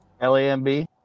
L-A-M-B